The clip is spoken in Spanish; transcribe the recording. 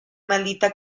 maldita